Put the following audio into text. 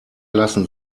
lassen